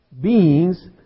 beings